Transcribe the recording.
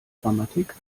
grammatik